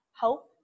hope